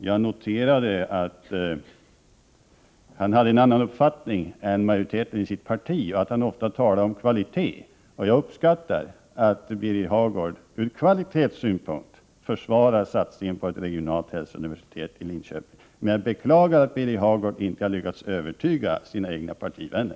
Jag noterade att Birger Hagård har en annan uppfattning än majoriteten i sitt parti och att han ofta talar om kvalitet. Jag uppskattar att Birger Hagård ur kvalitetssynpunkt försvarar satsningen på ett regionalt hälsouniversitet i Linköping. Men jag beklagar att Birger Hagård inte har lyckats övertyga sina egna partivänner.